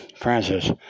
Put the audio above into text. Francis